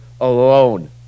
alone